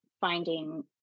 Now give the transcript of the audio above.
finding